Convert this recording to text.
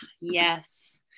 Yes